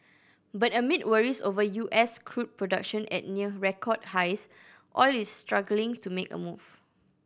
but amid worries over U S crude production at near record highs oil is struggling to make a move